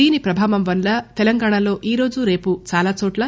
దీని ప్రభావం వల్ల తెలంగాణలో ఈరోజు రేపు చాలాచోట్ల